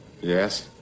yes